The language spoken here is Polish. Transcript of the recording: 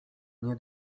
nie